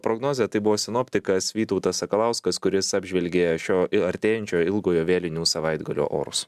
prognozę tai buvo sinoptikas vytautas sakalauskas kuris apžvelgė šio artėjančio ilgojo vėlinių savaitgalio orus